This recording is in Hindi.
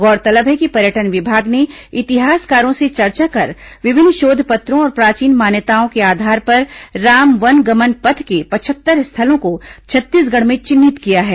गौरतलब है कि पर्यटन विभाग ने इतिहासकारों से चर्चा कर विभिन्न शोध पत्रों और प्राचीन मान्यताओं के आधार पर राम वनगमन पथ के पचहत्तर स्थलों को छत्तीसगढ़ में चिन्हित किया है